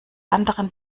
anderen